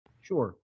Sure